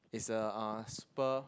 is a ah super